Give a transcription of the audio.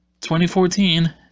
2014